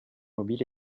mobile